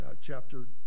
chapter